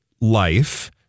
life